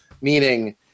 Meaning